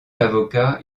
avocat